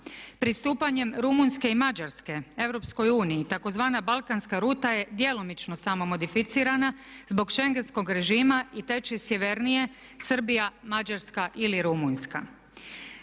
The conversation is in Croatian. Pristupanjem Rumunjske i Mađarske Europskoj uniji tzv. Balkanska ruta je djelomično samo modificirana zbog šengenskog režima i teče sjevernije, Srbija, Mađarska ili Rumunjska.